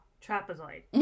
trapezoid